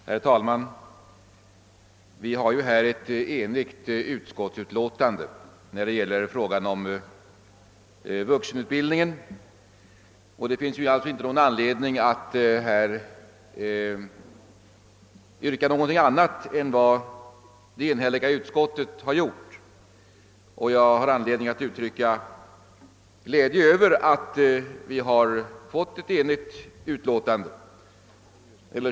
Herr talman! Utskottet har varit enigt när det gäller frågan om vuxentutbildningen, och det finns inte någon anledning att här yrka något annat än vad utskottet har gjort. Jag vill uttrycka min glädje över denna enighet.